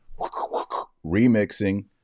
remixing